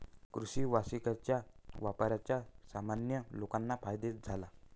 कृषी वानिकाच्या वापराचा सामान्य लोकांना फायदा झाला